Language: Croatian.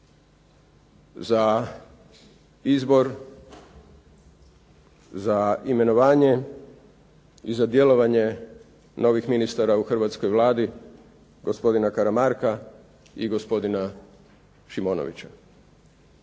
za izbor, za imenovanje i za djelovanje novih ministara u hrvatskoj Vladi, gospodina Karamarka i gospodina Šimonovića.